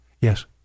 Yes